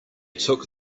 took